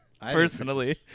Personally